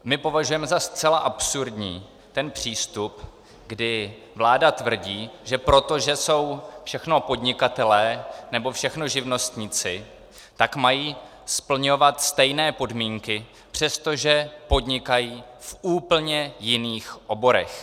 My považujeme za zcela absurdní ten přístup, kdy vláda tvrdí, že protože jsou všechno podnikatelé nebo všechno živnostníci, tak mají splňovat stejné podmínky, přestože podnikají v úplně jiných oborech.